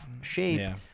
shape